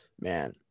man